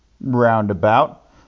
roundabout